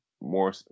more